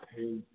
ہوں